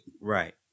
Right